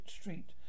street